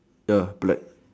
ya black